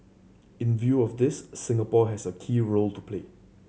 in view of this Singapore has a key role to play